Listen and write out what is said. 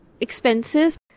expenses